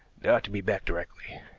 they ought to be back directly.